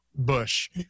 bush